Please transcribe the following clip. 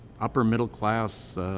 upper-middle-class